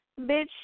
Bitch